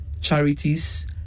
charities